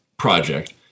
project